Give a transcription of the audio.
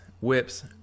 whips